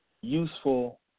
useful